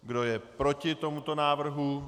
Kdo je proti tomuto návrhu?